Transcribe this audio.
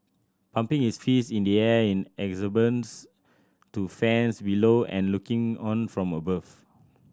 pumping his fist in the air in exuberance to fans below and looking on from above